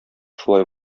шулай